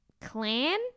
clan